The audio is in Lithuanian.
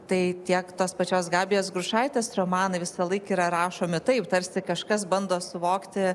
tai tiek tos pačios gabijos grušaitės romanai visąlaik yra rašomi taip tarsi kažkas bando suvokti